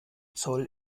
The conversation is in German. zoll